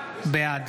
בעד